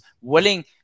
willing